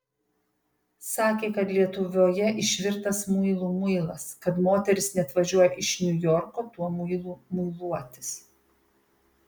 sakė kad lietuvoje išvirtas muilų muilas kad moterys net važiuoja iš niujorko tuo muilu muiluotis